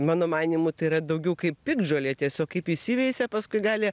mano manymu tai yra daugiau kaip piktžolė tiesiog kaip įsiveisia paskui gali